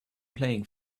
playing